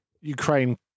Ukraine